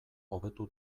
hobetu